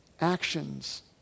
actions